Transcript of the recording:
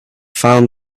found